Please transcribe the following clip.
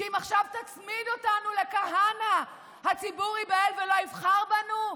שאם עכשיו תצמיד אותנו לכהנא הציבור ייבהל ולא יבחר בנו?